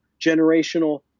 generational